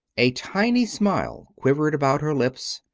a tiny smile quivered about her lips.